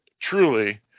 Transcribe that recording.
truly